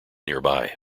nearby